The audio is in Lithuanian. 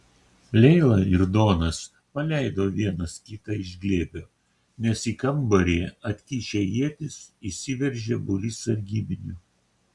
leila ir donas paleido vienas kitą iš glėbio nes į kambarį atkišę ietis įsiveržė būrys sargybinių